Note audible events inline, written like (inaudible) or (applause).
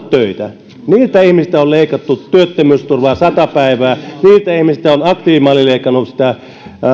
(unintelligible) töitä niiltä ihmisiltä on leikattu työttömyysturvaa sata päivää niiltä ihmisiltä on aktiivimalli leikannut sitä